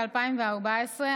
ב-2014,